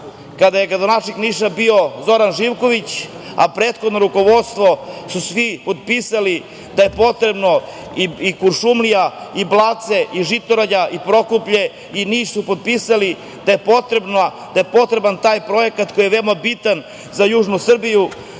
kada je gradonačelnik Niša bio Zoran Živković, a u prethodnom rukovodstvu su svi potpisali da je potrebno da i Kuršumlija, Blace, Žitorađe i Prokuplje, dakle nisu potpisali da je potreban taj projekat koji je veoma bitan za južnu Srbiji,